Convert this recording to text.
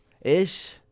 Ish